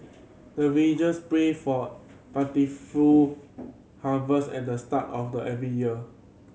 the villagers pray for plentiful harvest at the start of the every year